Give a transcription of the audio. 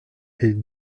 est